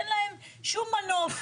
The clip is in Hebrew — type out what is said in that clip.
אין להם שום מנוף.